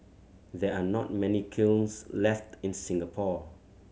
there are not many kilns left in Singapore